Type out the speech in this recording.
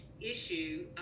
issue